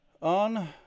On